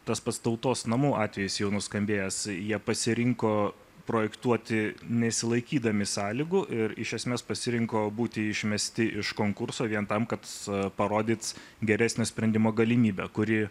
tas pats tautos namų atvejis jau nuskambėjęs jie pasirinko projektuoti nesilaikydami sąlygų ir iš esmės pasirinko būti išmesti iš konkurso vien tam kad parodyt geresnio sprendimo galimybę kuri